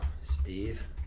steve